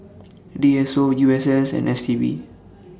D S O U S S and S T B